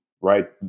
right